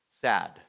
sad